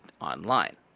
online